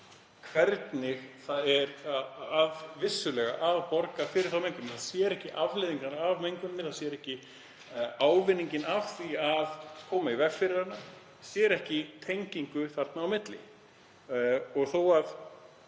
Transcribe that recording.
því. Það er vissulega að borga fyrir mengunina en sér ekki afleiðingarnar af menguninni, sér ekki ávinninginn af því að koma í veg fyrir hana, sér ekki tengingu þarna á milli. Þó að